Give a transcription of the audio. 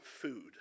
food